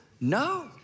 no